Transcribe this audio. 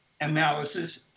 analysis